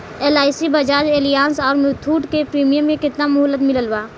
LIC Bajaj Allianz आउर मुथूट के premium के केतना मुहलत मिलल बा?